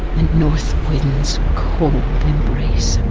north wind's cold embrace.